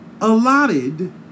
allotted